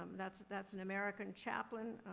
um that's that's an american chaplain